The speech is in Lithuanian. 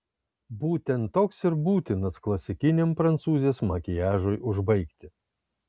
būtent toks ir būtinas klasikiniam prancūzės makiažui užbaigti